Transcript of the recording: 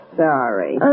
sorry